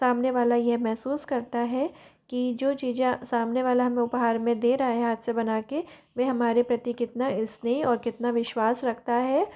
सामने वाला यह महसूस करता है की जो चीज़ें सामने वाला हमें उपहार में दे रहा है हाथ से बना कर वह हमारे प्रति कितना स्नेह और कितना विश्वास रखता है